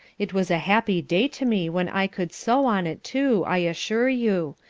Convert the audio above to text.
it was a happy day to me when i could sew on it too, i assure you,